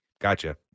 gotcha